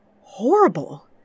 horrible